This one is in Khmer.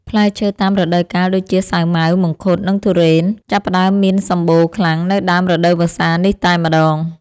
ផ្លែឈើតាមរដូវកាលដូចជាសាវម៉ាវមង្ឃុត និងធុរេនចាប់ផ្តើមមានសម្បូរខ្លាំងនៅដើមរដូវវស្សានេះតែម្ដង។